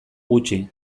gutxi